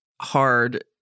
hard